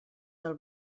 del